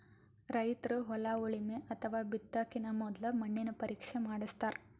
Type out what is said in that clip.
ರೈತರ್ ಹೊಲ ಉಳಮೆ ಅಥವಾ ಬಿತ್ತಕಿನ ಮೊದ್ಲ ಮಣ್ಣಿನ ಪರೀಕ್ಷೆ ಮಾಡಸ್ತಾರ್